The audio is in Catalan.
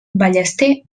ballester